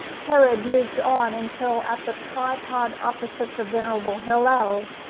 herod moved on until at the tripod opposite the venerable hillel,